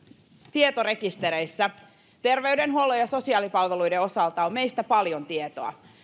tietorekistereissä terveydenhuollon ja sosiaalipalveluiden osalta on meistä paljon tietoa